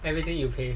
everything you pay